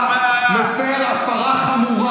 אתה לא תפריע לניהול תקין של המליאה הזאת.